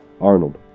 Arnold